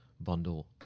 bundle